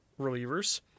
relievers